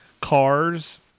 Cars